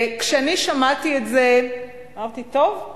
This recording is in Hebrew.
כשאני שמעתי את זה, אמרתי: טוב.